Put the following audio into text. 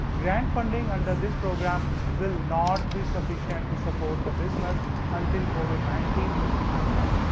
grant funding under this program will not be sufficient to support the business until covid nineteen is behind us.